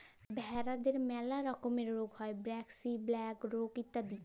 ভেরাদের ম্যালা রকমের রুগ হ্যয় ব্র্যাক্সি, ব্ল্যাক লেগ ইত্যাদি